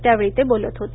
त्यावेळी ते बोलत होते